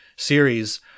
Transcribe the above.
series